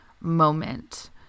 moment